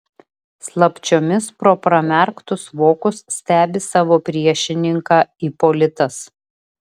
slapčiomis pro pramerktus vokus stebi savo priešininką ipolitas